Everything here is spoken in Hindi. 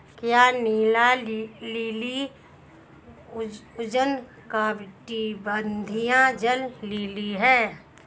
क्या नीला लिली उष्णकटिबंधीय जल लिली है?